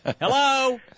Hello